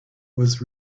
was